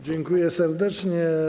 Dziękuję serdecznie.